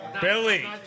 Billy